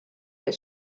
but